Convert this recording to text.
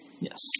Yes